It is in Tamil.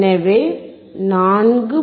எனவே 4